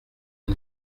une